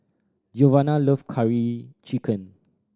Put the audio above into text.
Giovanna love Curry Chicken